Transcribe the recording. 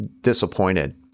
disappointed